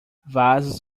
vasos